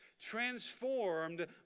transformed